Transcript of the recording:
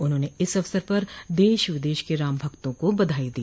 उन्होंने इस अवसर पर देश विदेश के रामभक्तों को बधाई दी